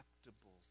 acceptable